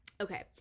Okay